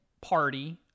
Party